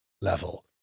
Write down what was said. level